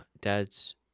dad's